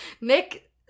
Nick